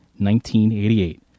1988